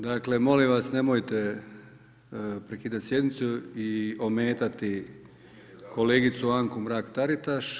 Dakle molim vas, nemojte prekidati sjednicu i ometati kolegicu Anku Mrak-Taritaš.